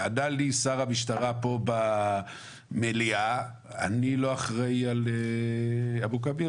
ענה לי שר המשטרה פה במליאה "אני לא אחראי על אבו כביר,